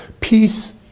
Peace